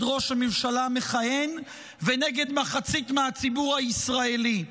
ראש ממשלה מכהן ונגד מחצית מהציבור הישראלי.